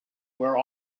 were